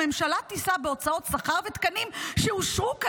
הממשלה תישא בהוצאות שכר ותקנים שאושרו כדין,